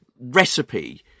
recipe